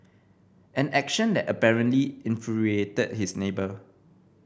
an action that apparently infuriated his neighbour